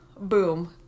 boom